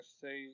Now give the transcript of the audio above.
say